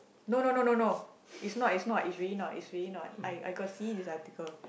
no no no no no is not is not is really not is really not I got see this article